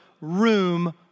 room